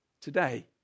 today